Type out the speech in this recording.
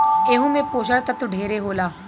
एहू मे पोषण तत्व ढेरे होला